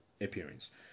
appearance